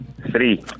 Three